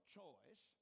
choice